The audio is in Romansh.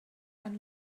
han